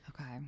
okay